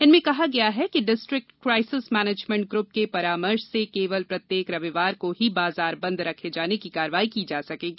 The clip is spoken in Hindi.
इनमें कहा गया है कि डिस्ट्रिक्ट क्रायसेस मैनेजमेंट ग्रप के परामर्श से केवल प्रत्येक रविवार को ही बाजार बंद रखे जाने की कार्यवाही की जा सकेगी